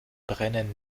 brennen